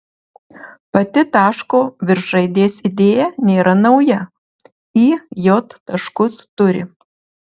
pati taško virš raidės idėja nėra nauja i j taškus turi